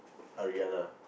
Ariana